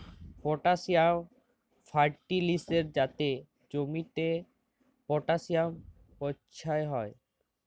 potassium ফার্টিলিসের যাতে জমিতে পটাসিয়াম পচ্ছয় হ্যয়